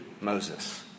Moses